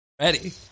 ready